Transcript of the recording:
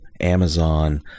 amazon